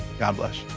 god bless